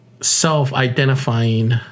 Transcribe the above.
self-identifying